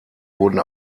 wurden